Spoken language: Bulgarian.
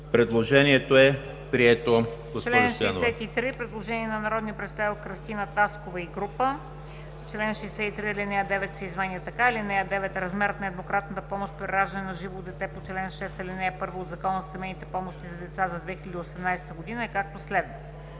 Предложението е прието.